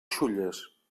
xulles